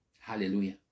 Hallelujah